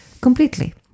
completely